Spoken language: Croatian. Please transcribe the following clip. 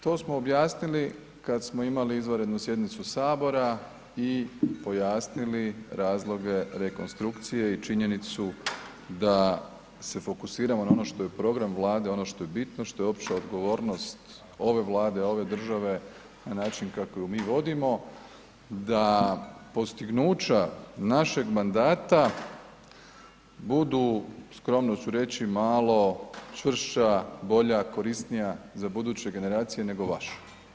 To smo objasnili kada smo imali izvanrednu sjednicu Sabora i pojasnili razloge rekonstrukcije i činjenicu da se fokusiramo na ono što je program Vlade, ono što je bitno, što je opća odgovornost ove Vlade, ove države na način kako ju mi vodimo, da postignuća našeg mandata budu skromno ću reći malo čvršća, bolja, korisnija za buduće generacije nego vaša.